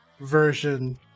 version